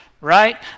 right